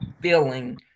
feeling